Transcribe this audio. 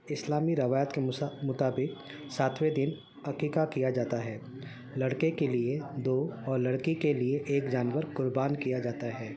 اسلامی روایت کے مطابق ساتویں دن عقیقہ کیا جاتا ہے لڑکے کے لیے دو اور لڑکی کے لیے ایک جانور قربان کیا جاتا ہے